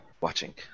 watching